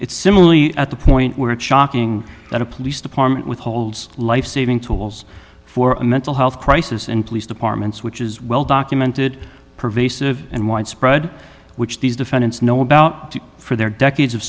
it's similarly at the point where it shocking that a police department withholds lifesaving tools for a mental health crisis and police departments which is well documented pervasive and widespread which these defendants know about to for their decades of